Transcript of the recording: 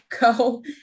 go